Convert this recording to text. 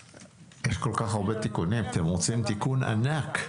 יש כל כך הרבה תיקונים, אתם רוצים תיקון ענק.